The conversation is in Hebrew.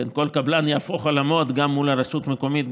כל קבלן יהפוך עולמות גם מול הרשות המקומית,